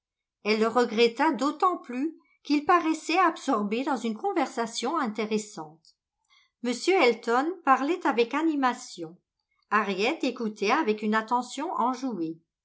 elle le regretta d'autant plus qu'ils paraissait absorbés dans une conversation intéressante m elton parlait avec animation harriet écoutait avec une attention enjouée